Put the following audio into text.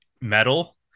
metal